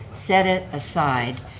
set it aside,